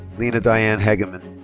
lena diane hageman.